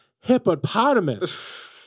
hippopotamus